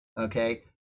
okay